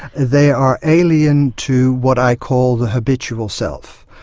they are alien to what i call the habitual self,